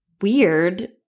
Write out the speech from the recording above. Weird